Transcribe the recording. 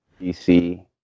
DC